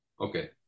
Okay